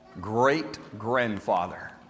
great-grandfather